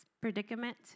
predicament